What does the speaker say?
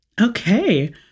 Okay